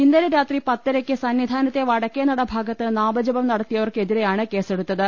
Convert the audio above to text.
ഇന്നലെ രാത്രി പത്തരയ്ക്ക് സന്നിധാനത്തെ വടക്കേനട ഭാഗത്ത് നാമജപം നടത്തിയവർക്ക് എതിരെയാണ് കേസെടു ത്തത്